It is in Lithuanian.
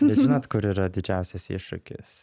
bet žinot kur yra didžiausias iššūkis